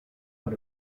but